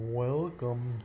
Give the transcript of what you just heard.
welcome